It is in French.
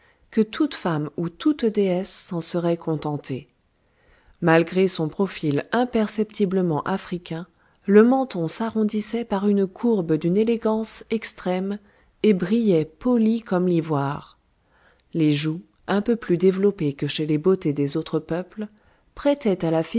que toute femme ou toute déesse s'en serait contentée malgré son profil imperceptiblement africain le menton s'arrondissait par une courbe d'une élégance extrême et brillait poli comme l'ivoire les joues un peu plus développées que chez les beautés des autres peuples prêtaient à la